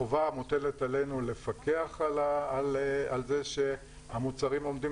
החובה המוטלת עלינו היא לפקח על כך שהמוצרים עומדים